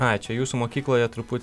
ai čia jūsų mokykloje truputį